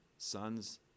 sons